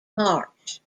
march